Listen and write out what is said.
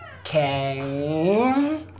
Okay